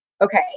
Okay